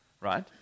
right